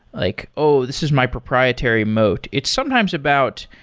like oh, this is my proprietary mote. it's sometimes about,